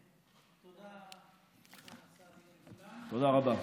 תודה רבה.